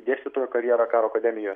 dėstytojo karjerą karo akademijo